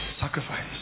Sacrifice